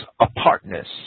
apartness